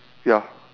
ya